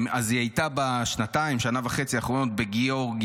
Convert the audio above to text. אז היא הייתה בשנתיים-שנה וחצי האחרונות בגיאורגיה,